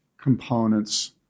components